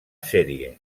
sèrie